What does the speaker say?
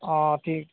অঁ ঠিক